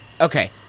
Okay